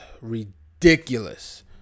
ridiculous